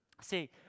See